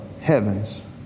heavens